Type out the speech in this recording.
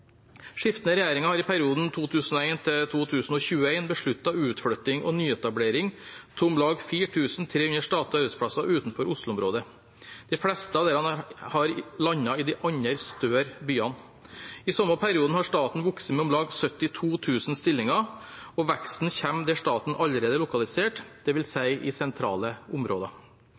Skiftende regjeringer har i perioden 2001–2021 besluttet utflytting og nyetablering av om lag 4 300 statlige arbeidsplasser utenfor osloområdet. De fleste av disse har landet i de andre større byene. I samme periode har staten vokst med om lag 72 000 stillinger, og veksten kommer der staten allerede er lokalisert, det vil si i sentrale områder.